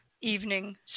evening